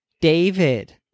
david